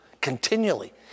continually